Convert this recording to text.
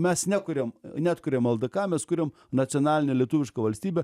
mes nekuriam neatkuriam ldk mes kuriam nacionalinę lietuvišką valstybę